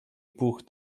buch